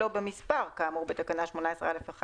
שלא במספר כאמור בתקנה 18(א1),